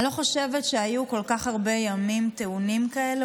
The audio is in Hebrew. אני לא חושבת שהיו כל כך הרבה ימים טעונים כאלה,